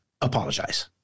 apologize